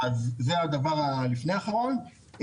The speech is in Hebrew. אז זה הדבר הלפני אחרון,